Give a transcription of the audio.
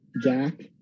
Jack